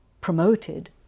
promoted